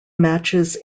matches